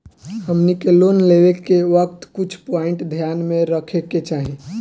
हमनी के लोन लेवे के वक्त कुछ प्वाइंट ध्यान में रखे के चाही